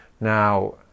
Now